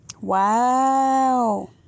Wow